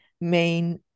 main